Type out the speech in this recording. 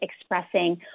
expressing